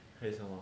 还有什么